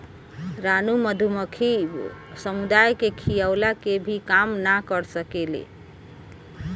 रानी मधुमक्खी समुदाय के खियवला के भी काम ना कर सकेले